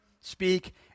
speak